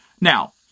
Now